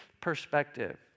perspective